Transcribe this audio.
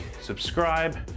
subscribe